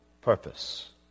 purpose